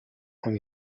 and